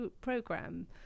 program